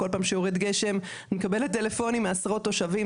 כל פעם שיורד גשם אני מקבלת טלפונים מעשרות תושבים.